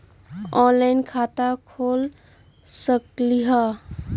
Online खाता खोल सकलीह?